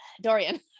Dorian